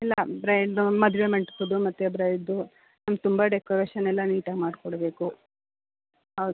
ಇಲ್ಲ ಬ್ರೈಡ್ದು ಮದುವೆ ಮಂಟ್ಪದ್ದು ಮತ್ತು ಬ್ರೈಡ್ದು ತುಂಬ ಡೆಕೋರೇಷನ್ನೆಲ್ಲ ನೀಟಾಗಿ ಮಾಡಿಕೊಡ್ಬೇಕು ಹೌದು